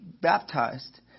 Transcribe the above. baptized